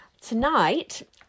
tonight